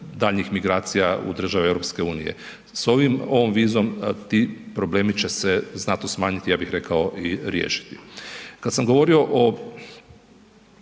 daljnjih migracija u države EU. S ovom vizom ti problemi će se znatno smanjiti, ja bih rekao i riješiti. Kad sam govorio o